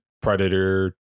Predator